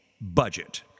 budget